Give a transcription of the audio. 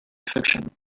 fiction